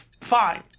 fine